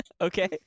Okay